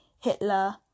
Hitler